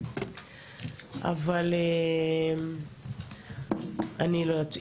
אבל אני לא יודעת.